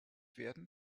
werden